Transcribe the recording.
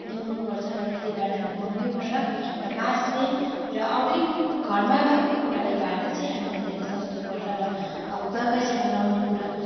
ल्याउनुपर्छ र त्यसले बार्दा हामीलाई महँगै पर्छ र बाँसले र अरू नै घरमा भएको कुराले बार्दा चाहिँ हामीलाई धेरै सस्तो पर्छ र अब बगैँचामा लगाउने कुरा